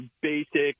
basic